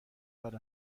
دار